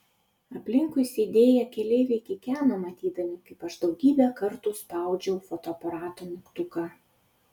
aplinkui sėdėję keleiviai kikeno matydami kaip aš daugybę kartų spaudžiau fotoaparato mygtuką